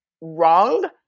wrong